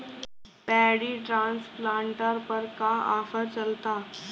Paddy transplanter पर का offer चलता?